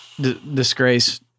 disgrace